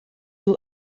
you